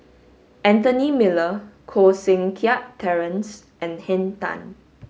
Anthony Miller Koh Seng Kiat Terence and Henn Tan